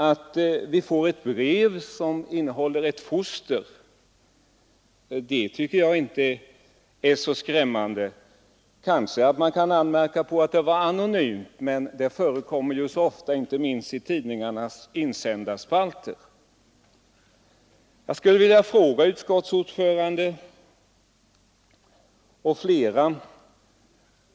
Att det kommer ett brev med ett fotografi av ett foster tycker jag inte är så skrämmande. Kanske kunde man anmärka på att det var anonymt, men det förekommer så ofta, inte minst i tidningarnas insändarspalter.